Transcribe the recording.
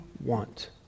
want